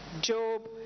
Job